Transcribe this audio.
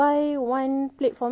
okay what are you eating